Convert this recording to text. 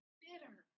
bitter